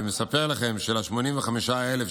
ומספר לכם שיש 85,940,